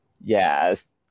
Yes